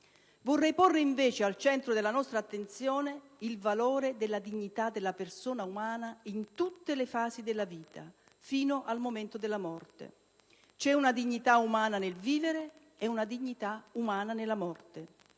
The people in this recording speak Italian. Vorrei porre, invece, al centro della nostra attenzione il valore della dignità della persona umana in tutte le fasi della vita, fino al momento della morte. C'è una dignità umana nel vivere e una dignità umana nella morte.